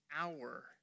hour